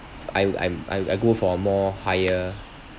I I I I go for a more higher